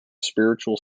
spiritual